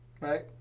right